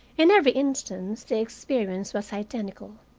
in every instance the experience was identical.